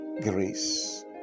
grace